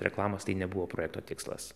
reklamas tai nebuvo projekto tikslas